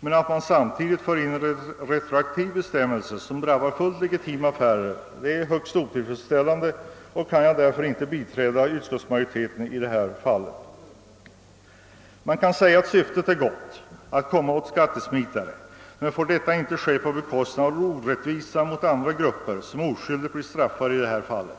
men samtidigt vill man införa en retroaktiv bestämmelse vilket skulle drabba fullt 1egitima affärer. Detta är högst otillfredsställande, och jag kan därför inte biträda utskottsmajoritetens förslag. Man kan säga att syftet — att komma åt skattesmitare — är gott, men detta får inte ske med hjälp av en orättvisa mot andra grupper som då blir oskyldigt straffade.